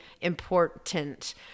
important